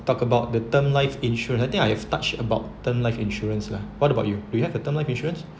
talk about the term life insurance I think I have touch about term life insurance lah what about you do you have a term life insurance